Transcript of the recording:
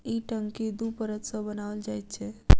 ई टंकी दू परत सॅ बनाओल जाइत छै